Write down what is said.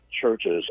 churches